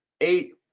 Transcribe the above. eight